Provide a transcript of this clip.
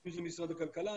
אם זה משרד הכלכלה,